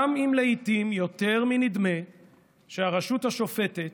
גם אם לעיתים יותר מנדמה שהרשות השופטת,